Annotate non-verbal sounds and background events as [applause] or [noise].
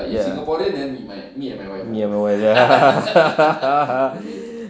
ya me and wife ya lah [laughs]